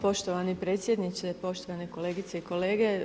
Poštovani predsjedniče, poštovane kolegice i kolege.